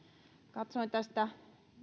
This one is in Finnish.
katsoin tästä